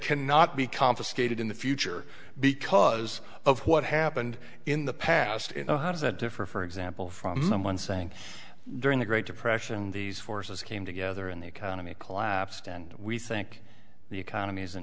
cannot be confiscated in the future because of what happened in the past in oh how does that differ for example from someone saying during the great depression these forces came together in the economy collapsed and we think the economy's in